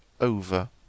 over